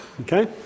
Okay